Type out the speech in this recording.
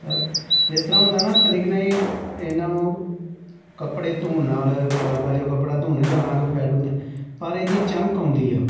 ਅਰ ਜਿਸ ਤਰ੍ਹਾਂ ਹੁੰਦਾ ਨਾ ਕਦੇ ਕਦਾਈ ਇਹਨਾਂ ਨੂੰ ਕੱਪੜੇ ਧੋਣ ਨਾਲ ਵਾਰ ਵਾਰ ਜੋ ਕੱਪੜਾ ਧੋਂਦੇ ਉਹ ਦਾ ਰੰਗ ਫੈਡ ਹੁੰਦਾ ਪਰ ਇਹਦੀ ਚਮਕ ਆਉਂਦੀ ਆ